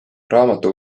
raamatu